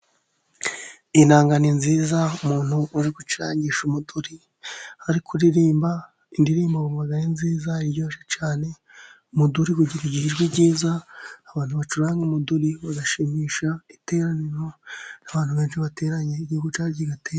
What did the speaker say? Inanga ni nziza, umuntu uri gucuragisha umuduri ari kuririmba indirimbo ubona ari nziza ziryoshye cyane, umuduri ugira ijwi ryiza abantu bacuranga umuduri bagashimisha iteraniro, abantu benshi bateranye igihugu cyari gifite......